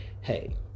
hey